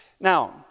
Now